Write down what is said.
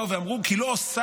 באו ואמרו: כי לא הוספתם,